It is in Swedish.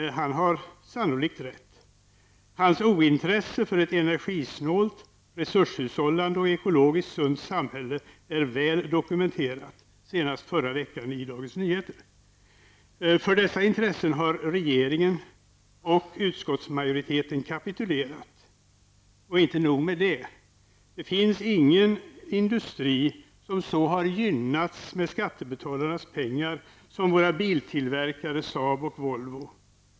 Han har sannolikt rätt. Hans ointresse för ett energisnålt, resurshushållande och ekologiskt sunt samhälle är väl dokumenterat, senast förra veckan i Dagens Nyheter. För dessa intressen har regeringen och utskottsmajoriteten kapitulerat. Och inte nog med det. Det finns ingen industri som så har gynnats med skattebetalarnas pengar som våra biltillverkare SAAB och Volvo.